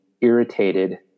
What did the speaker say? irritated